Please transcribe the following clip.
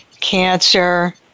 cancer